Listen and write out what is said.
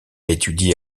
étudié